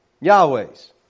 Yahweh's